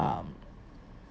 um